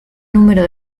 número